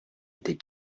était